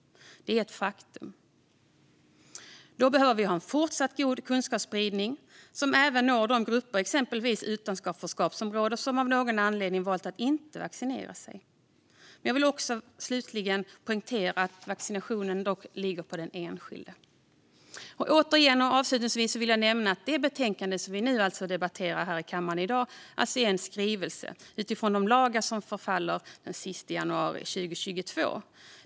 Det är ett faktum. Då behöver vi ha en fortsatt god kunskapsspridning som även når de grupper i exempelvis utanförskapsområden som av någon anledning valt att inte vaccinera sig. Låt mig dock poängtera att ansvaret att vaccinera sig ligger på den enskilde. Det betänkande vi debatterar nu är som sagt en skrivelse utifrån de lagar som förfaller den 31 januari 2022.